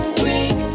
break